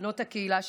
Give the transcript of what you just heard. בנות הקהילה שלי,